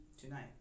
tonight